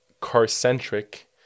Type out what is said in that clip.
car-centric